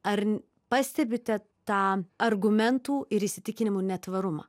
ar pastebite tą argumentų ir įsitikinimų netvarumą